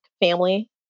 family